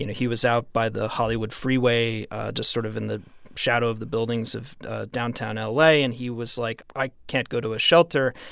you know he was out by the hollywood freeway just sort of in the shadow of the buildings of downtown ah la. and he was like, i can't go to a shelter,